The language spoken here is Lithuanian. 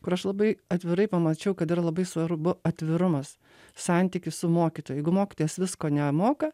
kur aš labai atvirai pamačiau kad yra labai svarbu atvirumas santykis su mokytoju jeigu mokytojas visko nemoka